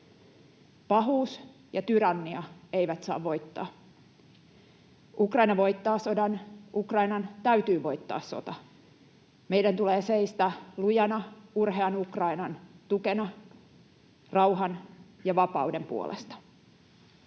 Pahuus ja tyrannia eivät saa voittaa. Ukraina voittaa sodan, Ukrainan täytyy voittaa sota. Meidän tulee seistä lujana urhean Ukrainan tukena rauhan ja vapauden puolesta.